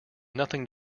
nothing